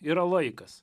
yra laikas